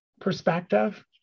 perspective